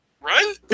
run